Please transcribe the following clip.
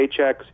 paychecks